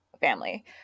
family